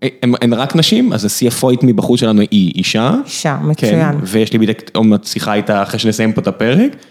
הן רק נשים, אז אסיה פויט מבחוץ שלנו היא אישה, מצויין, ויש לי בדיוק עוד מעט שיחה איתה אחרי שנסיים פה את הפרק.